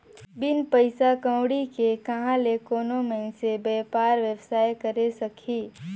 बिन पइसा कउड़ी के कहां ले कोनो मइनसे बयपार बेवसाय करे सकही